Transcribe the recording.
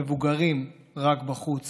מבוגרים: רק בחוץ